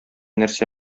нәрсә